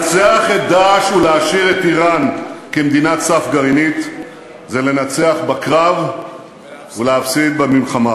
ולהשאיר את איראן כמדינת סף גרעינית זה לנצח בקרב ולהפסיד במלחמה.